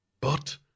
But